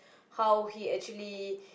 how you actually